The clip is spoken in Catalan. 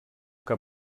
que